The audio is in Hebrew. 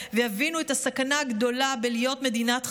ויבינו את הסכנה הגדולה בלהיות מדינת חסות,